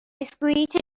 بسکویت